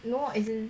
no as in